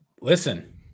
listen